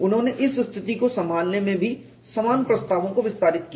उन्होंने इस स्थिति को संभालने में भी समान प्रस्तावों को विस्तारित किया